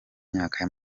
myaka